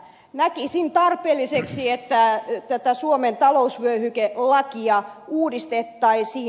näkisin tarpeelliseksi että tätä suomen talousvyöhykelakia uudistettaisiin